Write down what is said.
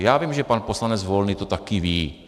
Já vím, že pan poslanec Volný to taky ví.